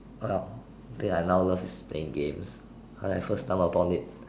well think I now love is playing games when I first stumble upon it